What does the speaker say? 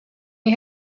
nii